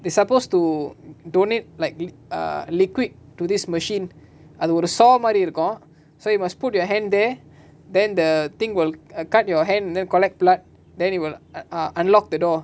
they supposed to donate likely a liquid to this machine அது ஒரு:athu oru saw மாரி இருக்கு:mari iruku so you must put your hand there then the thing will uh cut your hand then collect blood then it will ah unlock the door